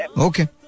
Okay